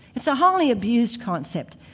it's a wholly-abused concept,